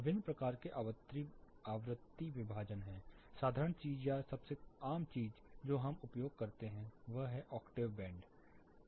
विभिन्न प्रकार के आवृत्ति विभाजन हैं साधारण चीज़ या सबसे आम चीज़ जो हम उपयोग करते हैं वह है ऑक्टेव बैंड है